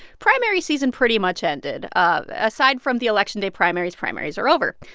primary season pretty much ended. aside from the election day primaries, primaries are over.